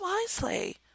wisely